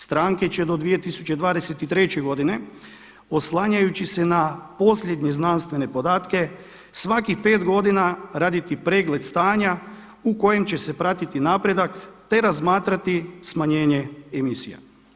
Stranke će do 2023. godine oslanjajući se na posljednje znanstvene podatke svakih 5 godina raditi pregled stanja u kojem će se pratiti napredak, te razmatrati smanjenje emisija.